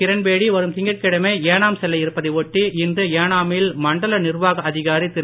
கிரண்பேடி வரும் திங்கட்கிழமை ஏனாம் செல்ல இருப்பதை ஒட்டி இன்று ஏனா மில் மண்டல் நிர்வாக அதிகாரி திரு